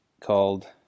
called